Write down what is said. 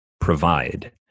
provide